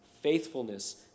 faithfulness